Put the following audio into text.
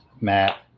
Matt